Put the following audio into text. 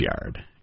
yard